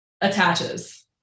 attaches